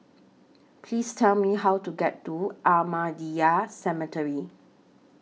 Please Tell Me How to get to Ahmadiyya Cemetery